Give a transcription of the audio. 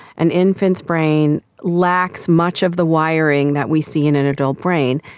an infant's brain lacks much of the wiring that we see in an adult brain.